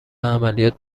عملیات